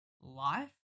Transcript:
life